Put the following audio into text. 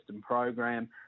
program